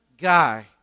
guy